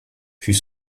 fut